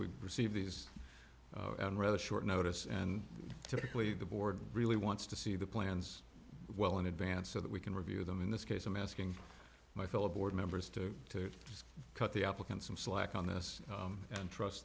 we received these rather short notice and typically the board really wants to see the plans well in advance so that we can review them in this case i'm asking my fellow board members to just cut the applicant some slack on this and trust